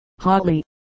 hotly